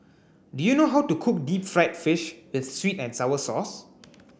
do you know how to cook deep fried fish with sweet and sour sauce